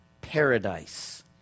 paradise